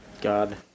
god